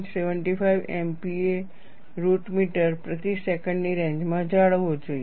75 MPa root metre પ્રતિ સેકન્ડની રેન્જમાં જાળવવો જોઈએ